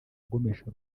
agomesha